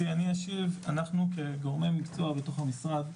אנחנו כגורמי מקצוע בתוך המשרד,